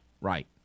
Right